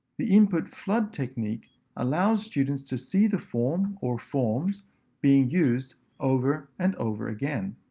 the input flood technique allows students to see the form or forms being used over and over again.